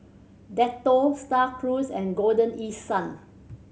Dettol Star Cruise and Golden East Sun